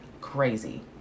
crazy